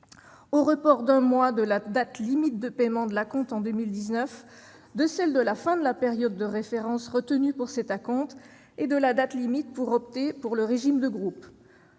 au report d'un mois de la date limite de paiement de l'acompte en 2019, de celle de la fin de la période de référence retenue pour cet acompte et de la date limite pour opter pour le régime de groupe,